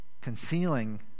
concealing